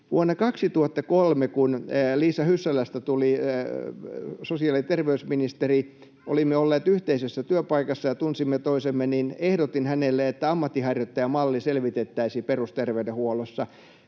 vuonna 2003, kun Liisa Hyssälästä tuli sosiaali- ja terveysministeri — olimme olleet yhteisessä työpaikassa ja tunsimme toisemme — ehdotin hänelle, että ammatinharjoittajamalli selvitettäisiin perusterveydenhuollossa.